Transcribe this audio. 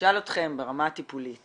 נשאל אתכם ברמה הטיפולית